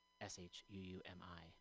S-H-U-U-M-I